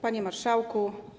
Panie Marszałku!